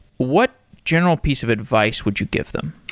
what general piece of advice would you give them?